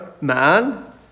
man